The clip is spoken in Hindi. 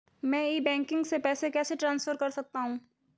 मैं ई बैंकिंग से पैसे कैसे ट्रांसफर कर सकता हूं?